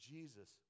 Jesus